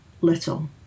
little